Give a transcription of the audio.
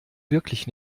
wirklich